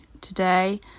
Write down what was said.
today